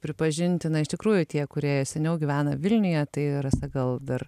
pripažinti na iš tikrųjų tie kurie seniau gyvena vilniuje tai rasa gal dar